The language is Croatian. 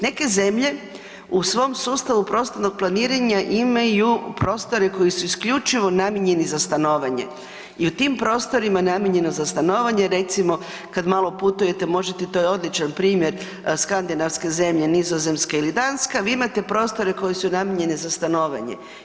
Neke zemlje u svom sustavu prostornog planiranja imaju prostore koji su isključivo namijenjeni za stanovanje i u tim prostorima namijenjeno za stanovanje, recimo, kad malo putujete, možete, to je odličan primjer skandinavske zemlje, Nizozemska ili Danka, vi imate prostore koji su namijenjeni za stanovanje.